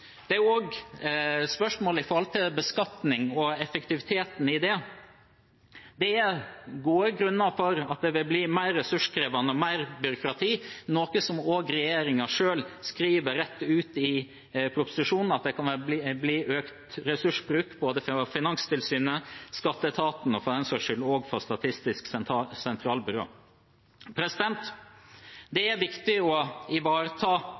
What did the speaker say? Det er også spørsmål knyttet til beskatning og effektiviteten i det. Det er gode grunner for at det vil bli mer ressurskrevende og mer byråkrati, noe som også regjeringen selv skriver rett ut i proposisjonen, at det kan bli økt ressursbruk for både Finanstilsynet, skatteetaten og for den saks skyld Statistisk sentralbyrå. Det er viktig å ivareta